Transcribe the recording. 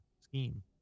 scheme